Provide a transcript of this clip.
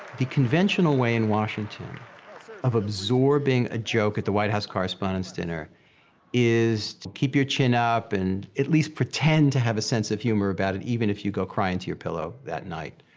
the conventional way in washington of absorbing a joke at the white house correspondents' dinner is to keep your chin up and at least pretend to have a sense of humor about it, even if you go cry into your pillow that night.